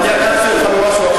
אני עקצתי אותך במשהו אחר.